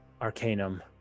Arcanum